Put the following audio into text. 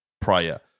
prior